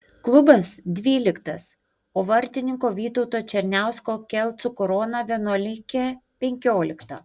klubas dvyliktas o vartininko vytauto černiausko kelcų korona vienuolikė penkiolikta